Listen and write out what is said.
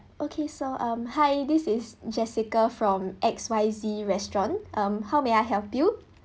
okay so um hi this is jessica from X Y Z restaurant um how may I help you